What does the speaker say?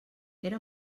era